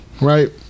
right